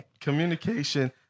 Communication